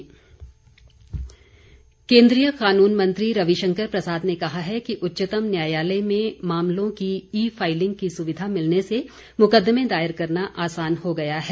प्रसाद e filing केंद्रीय कानून मंत्री रविशंकर प्रसाद ने कहा है कि उच्चतम न्यायालय में मामलों की ई फाइलिंग की सुविधा मिलने से मुकद्दमें दायर करना आसान हो गया है